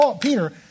Peter